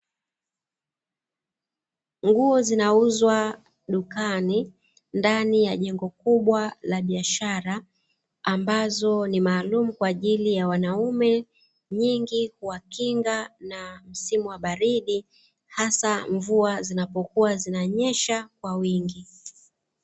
Nguo zinauzwa dukani ndani ya jengo kubwa la biashara ambazo ni maalumu kwa ajili ya wanaume, nyingi kuwakinga na msimu wa baridi hasa mvua zinapokua zinanyesha kwa wingi